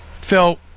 Phil